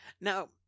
Now